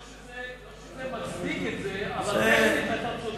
לא שזה מצדיק את זה, אבל טכנית אתה צודק.